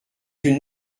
une